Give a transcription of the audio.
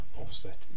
offset